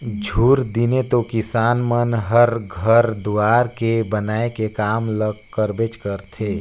झूर दिने तो किसान मन हर घर दुवार के बनाए के काम ल करबेच करथे